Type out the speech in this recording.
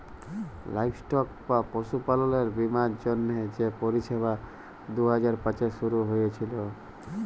livestock বা পশুপাললের বীমার জ্যনহে যে পরিষেবা দু হাজার পাঁচে শুরু হঁইয়েছিল